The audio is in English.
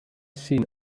seen